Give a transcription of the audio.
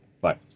Bye